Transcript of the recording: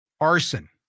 arson